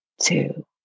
two